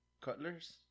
Cutler's